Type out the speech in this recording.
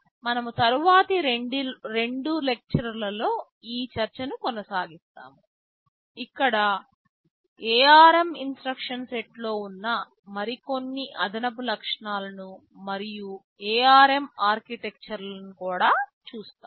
మనము తరువాతి రెండు లెక్చర్ల లలో ఈ చర్చను కొనసాగిస్తాము ఇక్కడ ARM ఇన్స్ట్రక్షన్ సెట్లో ఉన్న మరికొన్ని అదనపు లక్షణాలను మరియు ARM ఆర్కిటెక్చర్లను కూడా చూస్తాము